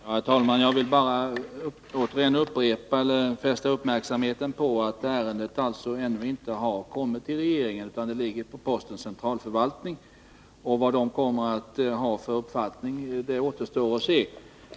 Herr talman! Jag vill bara återigen fästa uppmärksamheten på att ärendet ännu inte har kommit till regeringen utan ligger hos postens centralförvaltning. Vad man där kommer att ha för uppfattning återstår att se.